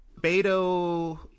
Beto